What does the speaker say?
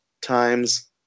times